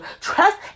Trust